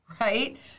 right